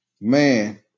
man